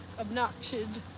obnoxious